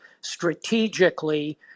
strategically